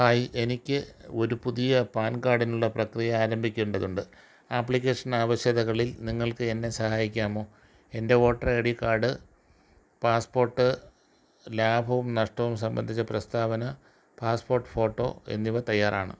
ഹായി എനിക്ക് ഒരു പുതിയ പാൻ കാഡിനുള്ള പ്രക്രിയ ആരംഭിക്കേണ്ടതുണ്ട് ആപ്ലിക്കേഷൻ ആവശ്യകതകളിൽ നിങ്ങൾക്ക് എന്നെ സഹായിക്കാമോ എന്റെ voter I D card passport ലാഭവും നഷ്ടവും സംബന്ധിച്ച പ്രസ്താവന പാസ്പ്പോട്ട് ഫോട്ടോ എന്നിവ തയ്യാറാണ്